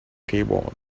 keyboard